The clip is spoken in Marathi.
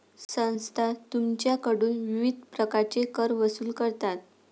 संस्था तुमच्याकडून विविध प्रकारचे कर वसूल करतात